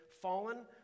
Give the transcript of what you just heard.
Fallen